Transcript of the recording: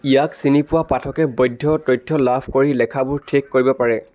ইয়াক চিনি পোৱা পাঠকে বৈধ তথ্য লাভ কৰি লেখাবোৰ ঠিক কৰিব পাৰে